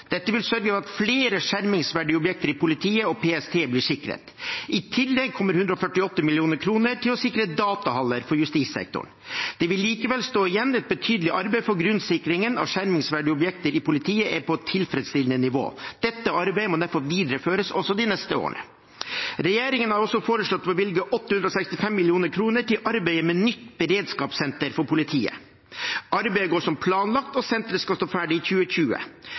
Dette vil sørge for at flere skjermingsverdige objekter i politiet og PST blir sikret. I tillegg kommer 148 mill. kr til å sikre datahaller for justissektoren. Det vil likevel stå igjen et betydelig arbeid før grunnsikringen av skjermingsverdige objekter i politiet er på tilfredsstillende nivå. Dette arbeidet må derfor videreføres også de neste årene. Regjeringen har også foreslått å bevilge 865 mill. kr til arbeidet med nytt beredskapssenter for politiet. Arbeidet går som planlagt, og senteret skal stå ferdig i 2020.